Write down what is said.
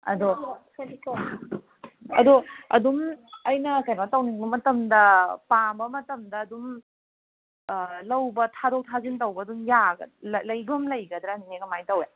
ꯑꯗꯣ ꯑꯗꯣ ꯑꯗꯨꯝ ꯑꯩꯅ ꯀꯩꯅꯣ ꯇꯧꯅꯤꯡꯕ ꯃꯇꯝꯗ ꯄꯥꯝꯕ ꯃꯇꯝꯗ ꯑꯗꯨꯝ ꯂꯧꯕ ꯊꯥꯗꯣꯛ ꯊꯥꯖꯤꯟ ꯇꯧꯕ ꯑꯗꯨꯝ ꯂꯩꯕꯝ ꯂꯩꯒꯗ꯭ꯔꯅꯦꯍꯦ ꯀꯃꯥꯏ ꯇꯧꯏ